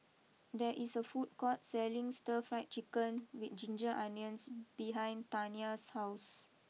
there is a food court selling Stir Fry Chicken with Ginger Onions behind Tania's house